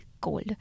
cold